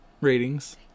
Ratings